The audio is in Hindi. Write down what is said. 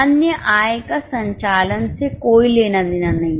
अन्य आय का संचालन से कोई लेना देना नहीं है